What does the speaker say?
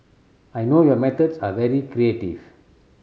I know your methods are very creative